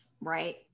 right